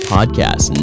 Podcast